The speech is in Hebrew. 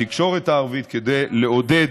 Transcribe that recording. בתקשורת הערבית, כדי לעודד